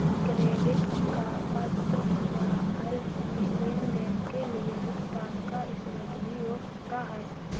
credit का पत्र या एल.सी लेनदेन के लिए भुगतान का स्रोत भी हो सकता है